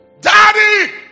Daddy